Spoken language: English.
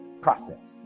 process